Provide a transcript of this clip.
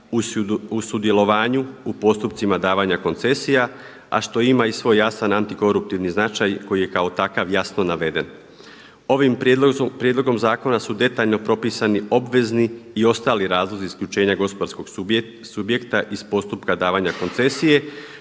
u sudjelovanju u postupcima davanja koncesija, a što ima i svoj jasan antikoruptivni značaj koji je kao takav jasno naveden. Ovim prijedlogom zakona su detaljno propisani obvezni i ostali razlozi isključenja gospodarskog subjekta iz postupka davanja koncesije